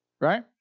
right